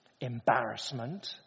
embarrassment